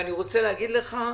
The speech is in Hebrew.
אני רוצה להגיד לך,